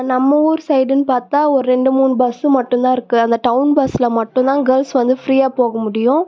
நம்ம ஊர் சைடுன்னு பார்த்தா ஒரு ரெண்டு மூணு பஸ்ஸு மட்டுந்தான் இருக்குது அந்த டவுன் பஸ்ஸில மட்டுந்தான் கேர்ள்ஸ் வந்து ஃப்ரீயாக போக முடியும்